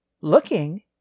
Looking